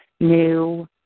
new